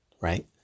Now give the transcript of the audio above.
right